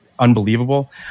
unbelievable